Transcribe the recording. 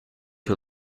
you